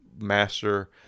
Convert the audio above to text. master